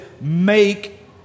Make